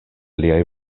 liaj